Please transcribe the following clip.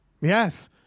Yes